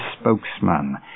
spokesman